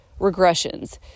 regressions